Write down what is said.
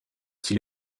qui